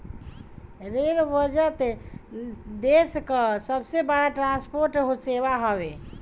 rail budget देस कअ सबसे बड़ ट्रांसपोर्ट सेवा हवे